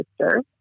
sister